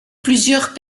plusieurs